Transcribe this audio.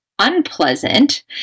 Unpleasant